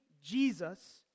Jesus